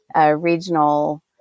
regional